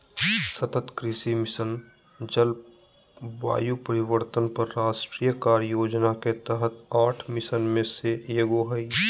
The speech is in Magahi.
सतत कृषि मिशन, जलवायु परिवर्तन पर राष्ट्रीय कार्य योजना के तहत आठ मिशन में से एगो हइ